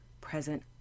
present